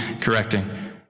correcting